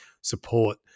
support